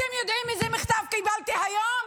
אתם יודעים איזה מכתב קיבלתי היום,